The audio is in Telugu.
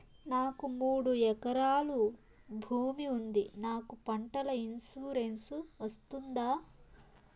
నాకు మూడు ఎకరాలు భూమి ఉంది నాకు పంటల ఇన్సూరెన్సు వస్తుందా?